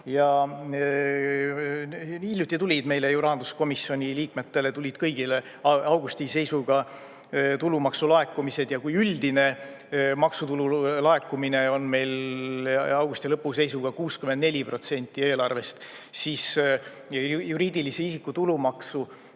Hiljuti tulid ju meile, rahanduskomisjoni liikmetele, kõigile, augusti seisuga tulumaksu laekumised. Kui üldine maksutulu laekumine on meil augusti lõpu seisuga 64% eelarvest, siis juriidilise isiku tulumaksu